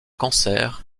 cancer